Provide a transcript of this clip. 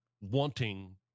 wanting